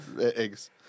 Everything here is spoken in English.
eggs